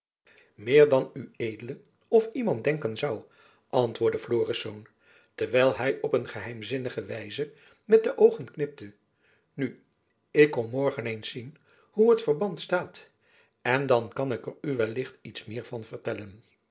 meer dan ued of iemand denken zoû antwoordde florisz terwijl hy op een geheimzinnige wijze met de oogen knipte nu ik kom morgen eens zien hoe het verband staat en dan kan ik er u wellicht iets meer van vertellen